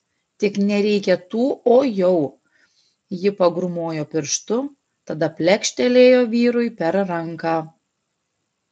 tik nereikia tų o jau ji pagrūmojo pirštu tada plekštelėjo vyrui per ranką